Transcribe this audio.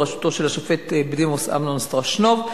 בראשותו של השופט בדימוס אמנון שטרסנוב.